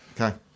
Okay